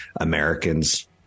Americans